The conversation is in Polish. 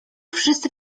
wszyscy